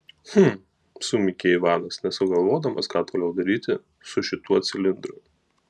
hm sumykė ivanas nesugalvodamas ką toliau daryti su šituo cilindru